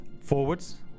Forwards